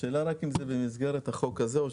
השאלה אם זה במסגרת החוק הזה.